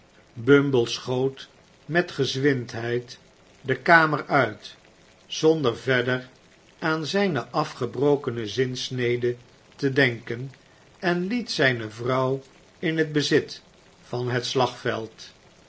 bumble schoot met gezwindheid de kamer uit zonder verder aan zijne afgebrokene zinsnede te denken en liet zijne vrouw in het bezit van het slagveld